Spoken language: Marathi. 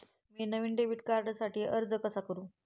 मी नवीन डेबिट कार्डसाठी अर्ज कसा करू?